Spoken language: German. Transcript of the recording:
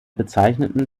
bezeichneten